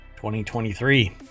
2023